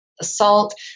assault